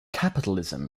capitalism